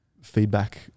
feedback